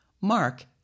Mark